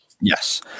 Yes